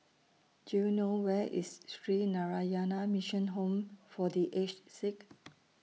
Do YOU know Where IS Sree Narayana Mission Home For The Aged Sick